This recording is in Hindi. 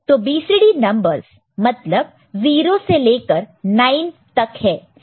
तो BCD नंबरस मतलब 0 से लेकर 9 तक है यानी कि 10 नंबरस है